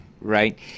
right